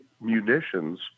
munitions